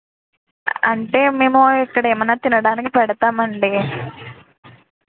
అంటే మేము ఇక్కడ ఏమైనా తినడానికి పెడతాం అండి